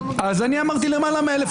אמרתי למעלה מ-1,000.